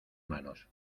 manos